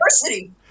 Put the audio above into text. Diversity